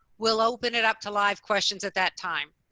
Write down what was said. we'll open it up to live questions at that time.